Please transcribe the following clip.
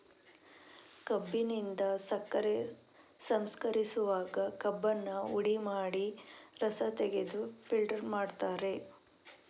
ಕಬ್ಬಿನಿಂದ ಸಕ್ಕರೆ ಸಂಸ್ಕರಿಸುವಾಗ ಕಬ್ಬನ್ನ ಹುಡಿ ಮಾಡಿ ರಸ ತೆಗೆದು ಫಿಲ್ಟರ್ ಮಾಡ್ತಾರೆ